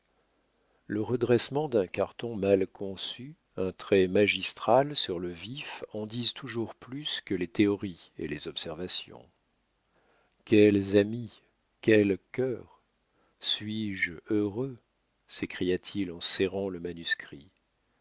le redressement d'un carton mal conçu un trait magistral sur le vif en disent toujours plus que les théories et les observations quels amis quels cœurs suis-je heureux s'écria-t-il en serrant le manuscrit